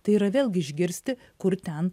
tai yra vėlgi išgirsti kur ten